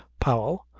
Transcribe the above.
powell,